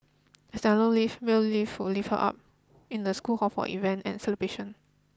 as there are no lift male lift would lift her up in the school hall for event and celebration